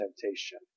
temptation